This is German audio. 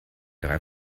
drei